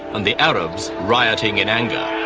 and the arabs rioting in anger.